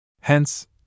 Hence